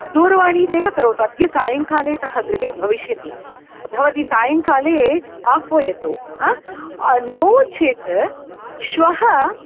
दूरवाणीमेव करोतु अद्य सायङ्काले सः गृहे भविष्यति भवती सायङ्काले आह्वयतु नो चेत् श्वः